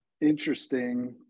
interesting